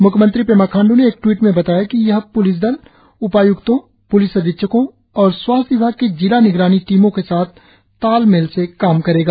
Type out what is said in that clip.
म्ख्यमंत्री पेमा खांडू ने एक टवीट् में बताया कि यह प्लिस दल उपाय्क्तों प्लिस अधीक्षकों और स्वास्थ्य विभाग की जिला निगरानी टीमों के साथ तालमेल से काम करेगा